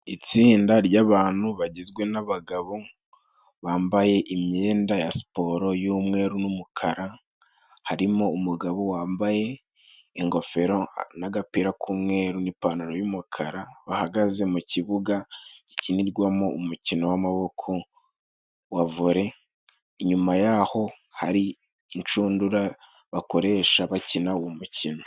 Itsinda ry'abantu bagizwe n'abagabo, bambaye imyenda ya siporo y'umweru n'umukara, harimo umugabo wambaye ingofero n'agapira k'umweru n'ipantaro y'umukara, bahagaze mu kibuga gikinirwamo umukino w'amaboko wa vole, inyuma yaho hari inshundura bakoresha bakina uwo umukino.